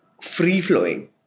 free-flowing